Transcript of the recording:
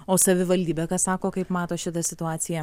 o savivaldybė ką sako kaip mato šitą situaciją